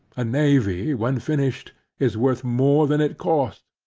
a navy when finished is worth more than it cost.